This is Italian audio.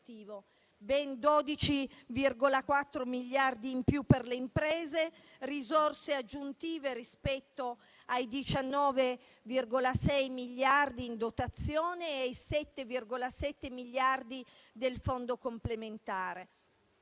ben 12,4 miliardi in più per le imprese, risorse aggiuntive rispetto ai 19,6 miliardi in dotazione e ai 7,7 miliardi del fondo complementare.